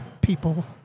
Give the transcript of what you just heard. people